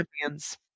champions